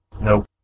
Nope